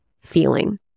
feeling